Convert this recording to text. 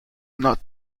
not